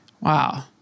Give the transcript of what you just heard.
Wow